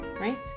Right